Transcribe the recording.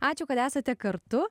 ačiū kad esate kartu